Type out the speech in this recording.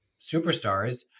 superstars